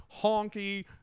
honky